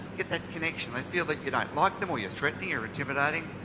that connection, they feel that you don't like them, or you're threatening or intimidating.